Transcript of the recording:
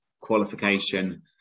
qualification